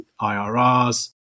IRRs